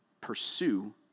pursue